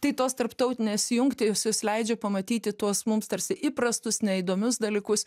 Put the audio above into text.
tai tos tarptautinės jungtys leidžia pamatyti tuos mums tarsi įprastus neįdomius dalykus